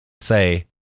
say